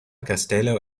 kastelo